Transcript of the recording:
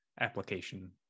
application